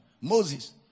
Moses